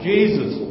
Jesus